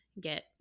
get